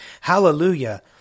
Hallelujah